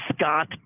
Scott